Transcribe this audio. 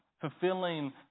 fulfilling